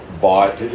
bought